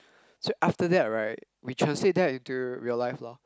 so after that right we translate that into real life loh